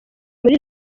muri